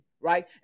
Right